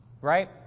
Right